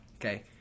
Okay